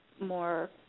more